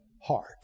heart